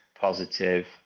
positive